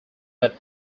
but